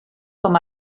com